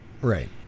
Right